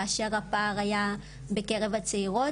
כאשר הפער היה בקרב הצעירות.